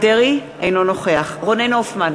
אינו נוכח רונן הופמן,